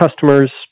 customers